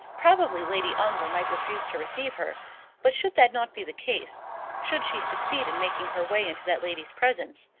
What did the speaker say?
probably lady ongar might refuse to receive her but should that not be the case should she succeed in making her way into that lady's presence,